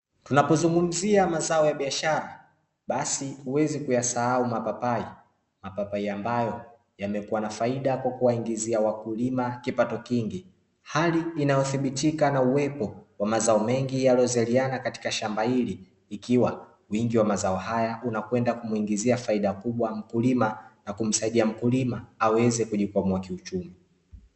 Tunapozungumzia mazao ya biashara basi huwezi kuyasahau mapapai. Mapapai ambayo yamekua na faida kwa kuwaingizia wakulima kipato kingi, hali inayodhibitika na uwepo wa mazao mengi yaliyozaliana katika shamba hili ikiwa wingi wa mazao haya unakwenda kumuingizia faida kubwa mkulima na kumsaidia mkulima aweze kujikwamua kiuchumi.